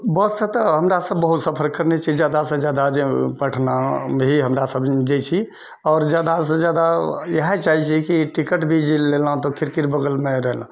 बससँ तऽ हमरा सभ बहुत सफर करने छी जादासँ जादा पटना भी हमरा सभ दिन जाइ छी आओर जादासँ जादा इएह चाहेैत छिऐ कि टिकट भी जे लेलहुँ तऽ खिड़कीके बगलमे रहलहुँ